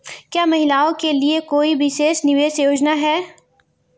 क्या महिलाओं के लिए कोई विशेष निवेश योजना है?